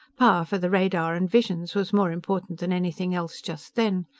power for the radar and visions was more important than anything else, just then.